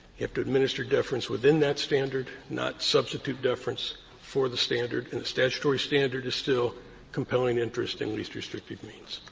have to administer deference within that standard, not substitute deference for the standard, and the statutory standard is still compelling interest and least restrictive means.